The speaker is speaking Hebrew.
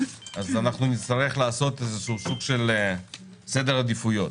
נצטרך לעשות סוג של סדר עדיפויות.